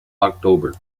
october